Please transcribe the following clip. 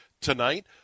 tonight